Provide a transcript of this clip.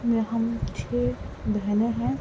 میں ہم چھ بہنیں ہیں